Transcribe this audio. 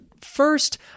First